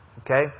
Okay